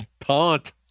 Taunt